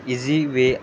easy way